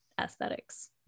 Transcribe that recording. aesthetics